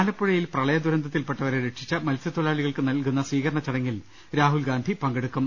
ആലപ്പുഴയിൽ പ്രളയദുരന്തത്തിൽപ്പെട്ടവരെ രക്ഷിച്ച മത്സ്യ ത്തൊഴിലാളികൾക്ക് നൽകുന്ന സ്വീകരണചടങ്ങിൽ രാഹുൽഗാന്ധി പങ്കെടുക്കും